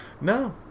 No